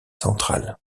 centrale